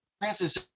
Francis